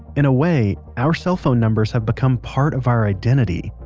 in a way, our cell phone numbers have become part of our identity,